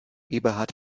eberhard